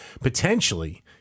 potentially